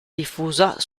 diffusa